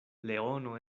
leono